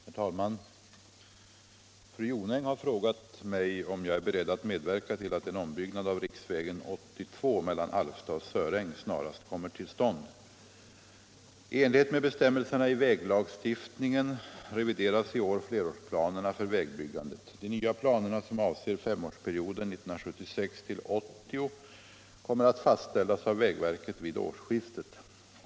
Herr talman! Fru Jonäng har frågat mig om jag är beredd att medverka till att en ombyggnad av riksväg 82 mellan Alfta och Söräng snarast kommer till stånd. I enlighet med bestämmelserna i väglagstiftningen revideras i år flerårsplanerna för vägbyggandet. De nya planerna, som avser femårsperioden 1976-1980, kommer att fastställas av vägverket vid årsskiftet.